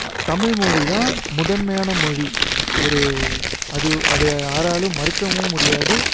தமிழ்மொழி தான் முதன்மையான மொழி ஒரு அது அதை யாராலும் மறுக்கவும் முடியாது